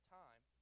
time